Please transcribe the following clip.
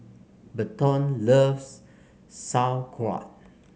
Burton loves Sauerkraut